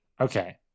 Okay